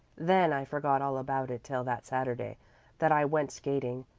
then i forgot all about it till that saturday that i went skating,